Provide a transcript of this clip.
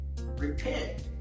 repent